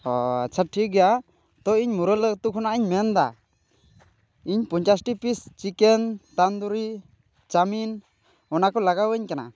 ᱟᱪᱪᱷᱟ ᱴᱷᱤᱠ ᱜᱮᱭᱟ ᱛᱚ ᱤᱧ ᱢᱩᱨᱟᱹᱞᱩ ᱟᱛᱳ ᱠᱷᱚᱱᱟᱜᱼᱤᱧ ᱢᱮᱱᱫᱟ ᱤᱧ ᱯᱚᱧᱪᱟᱥᱴᱤ ᱯᱤᱥ ᱪᱤᱠᱮᱱ ᱛᱟᱱᱫᱩᱨᱤ ᱪᱟᱣᱢᱤᱱ ᱚᱱᱟ ᱠᱚ ᱞᱟᱜᱟᱣᱟᱹᱧ ᱠᱟᱱᱟ